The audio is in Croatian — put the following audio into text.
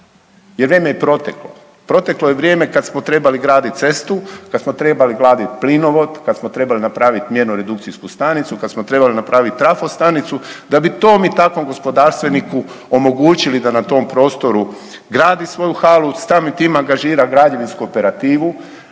Jer vrijeme je proteklo, proteklo je vrijeme kad smo trebali graditi cestu, kad smo trebali graditi plinovod, kad smo trebali napraviti mjernu redukcijsku stanicu, kad smo trebali napravit trafostanicu da bi tom i takvom gospodarstveniku omogućili da na tom prostoru gradi svoju halu, samim tim angažira građevinsku operativu.